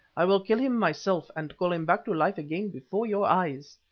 i will kill him myself, and call him back to life again before your eyes.